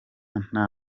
nta